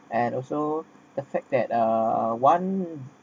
and also the fact that uh one